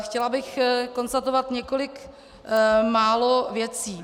Chtěla bych konstatovat několik málo věcí.